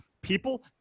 people